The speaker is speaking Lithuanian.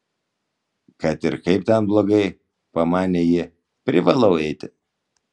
kad ir kaip ten blogai pamanė ji privalau eiti